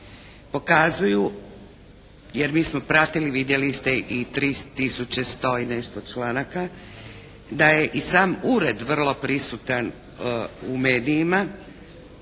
pokazuju jer mi smo pratili, vidjeli ste i 3 tisuće 100 i nešto članaka da je i sam Ured vrlo prisutan u medijima